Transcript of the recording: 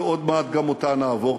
ועוד מעט גם אותה נעבור.